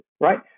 right